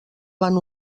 van